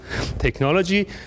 technology